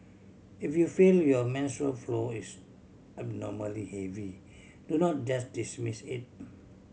if you feel your menstrual flow is abnormally heavy do not just dismiss it